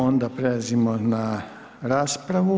Onda prelazimo na raspravu.